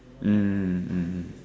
mm mm mm